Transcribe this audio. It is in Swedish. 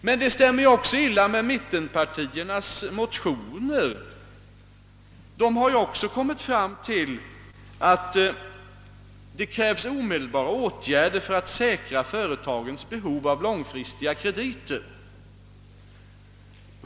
Försöket stämmer ju också illa överens med mittenpartiernas motioner, där man kommit fram till att det krävs omedelbara åtgärder för att säkra företagens behov av långfristiga krediter.